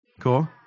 Cool